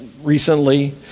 recently